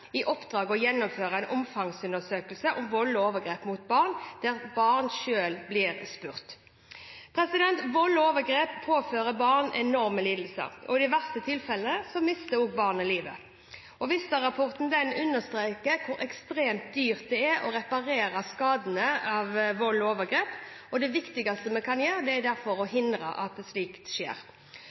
i oppdrag å gjennomføre en omfangsundersøkelse om vold og overgrep mot barn, der barn selv blir spurt. Vold og overgrep påfører barn enorme lidelser, og i de verste tilfellene mister barnet livet. Vista-rapporten understreker hvor ekstremt dyrt det er å reparere skadene etter vold og overgrep. Det viktigste vi kan gjøre, er derfor å hindre at slikt skjer.